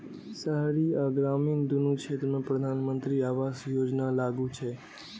शहरी आ ग्रामीण, दुनू क्षेत्र मे प्रधानमंत्री आवास योजना लागू छै